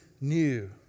new